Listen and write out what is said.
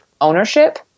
ownership